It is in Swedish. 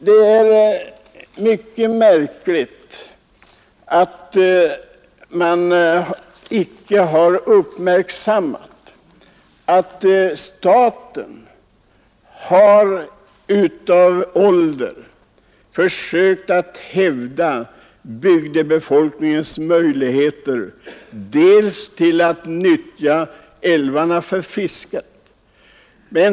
Det är mycket märkligt att det icke har uppmärksammats att staten av ålder har hävdat bygdebefolkningens möjligheter att utnyttja älvarna för fiske.